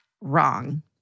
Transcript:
Wrong